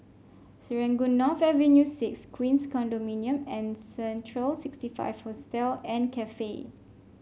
Serangoon North Avenue Six Queens Condominium and Central sixty five Hostel and Cafe